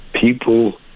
people